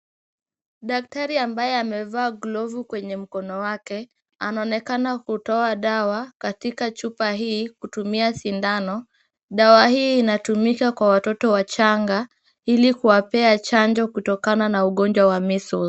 Daktari ambaye amevaa glovu kwenye mkono wake, anaonekana kutoa dawa katika chupa hii kutumia sindano. Dawa hii inatumika kwa watoto wachanga ili kuwapea chanjo kutokana na ugonjwa wa (cs)measles(cs).